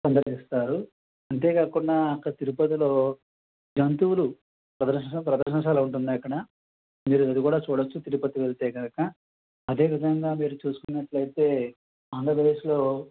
సందర్శిస్తారు అంతేకాకుండా అక్కడ తిరుపతిలో జంతువులు ప్రదర్శన ప్రదర్శనశాల ఒకటి ఉంది అక్కడ మీరు ఇది కూడా చూడవచ్చు తిరుపతి వెళ్తే కనుక అదే విధంగా మీరు చూసుకున్నట్లయితే ఆంధ్రప్రదేశ్లో